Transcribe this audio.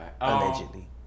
Allegedly